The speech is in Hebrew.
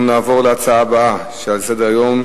אנחנו נעבור להצעה הבאה שעל סדר-היום,